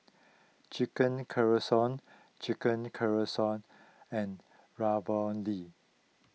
Chicken Casserole Chicken Casserole and Ravioli